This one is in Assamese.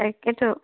তাকেটো